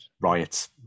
riots